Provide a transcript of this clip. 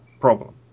problem